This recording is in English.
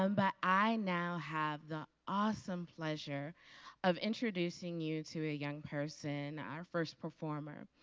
um but i now have the awesome pleasure of introducing you to a young person, our first performer,